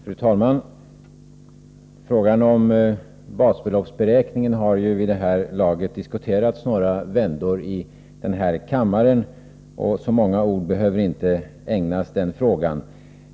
Fru talman! Frågan om basbeloppsberäkningen har vid detta laget diskuterats några vändor i denna kammare, varför så många ord inte behöver ägnas den frågan.